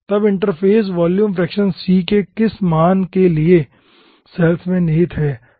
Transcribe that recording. तब interface volume fraction c के किस मान वाले सैल्स में निहित है